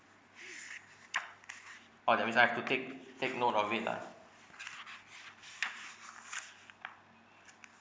oh that means I have to take take note of it lah